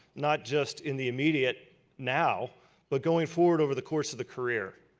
not just in the immediate now but going forward over the course of the career,